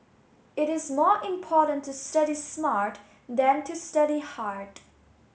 it is more important to study smart than to study hard